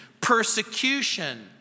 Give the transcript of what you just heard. Persecution